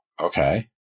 Okay